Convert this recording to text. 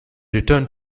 returned